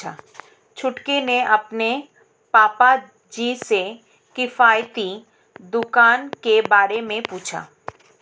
छुटकी ने अपने पिताजी से किफायती दुकान के बारे में पूछा